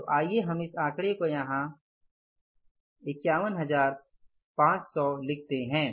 तो आइए हम इस आंकड़े को यहां 51500 लिखते हैं